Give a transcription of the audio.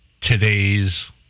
today's